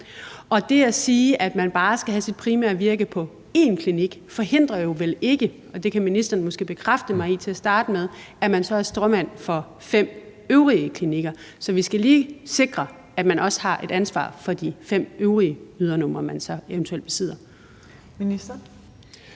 det at sige, at man bare skal have sit primære virke på én klinik, forhindrer vel ikke – og det kan ministeren måske bekræfte mig i til at starte med – at man så er stråmand for fem øvrige klinikker. Så vi skal lige sikre, at man også har et ansvar for de fem øvrige ydernumre, man så eventuelt besidder. Kl.